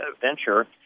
venture